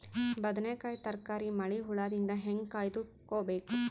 ಬದನೆಕಾಯಿ ತರಕಾರಿ ಮಳಿ ಹುಳಾದಿಂದ ಹೇಂಗ ಕಾಯ್ದುಕೊಬೇಕು?